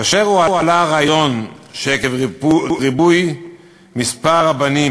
כאשר הועלה הרעיון שעקב ריבוי מספר הבנים,